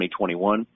2021